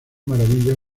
maravilla